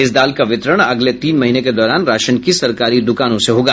इस दाल का वितरण अगले तीन महीने के दौरान राशन की सरकारी दुकानों से होगा